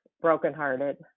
brokenhearted